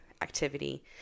activity